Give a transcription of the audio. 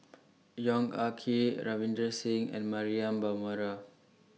Yong Ah Kee Ravinder Singh and Mariam